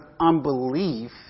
unbelief